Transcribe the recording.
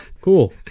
Cool